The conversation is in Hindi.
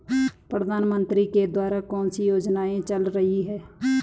प्रधानमंत्री के द्वारा कौनसी योजनाएँ चल रही हैं?